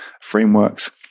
frameworks